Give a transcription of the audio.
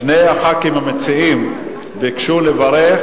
שני הח"כים המציעים ביקשו לברך,